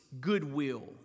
goodwill